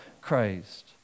Christ